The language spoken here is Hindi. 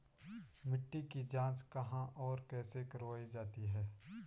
मिट्टी की जाँच कहाँ और कैसे करवायी जाती है?